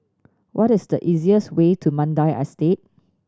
what is the easiest way to Mandai Estate